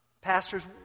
Pastors